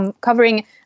covering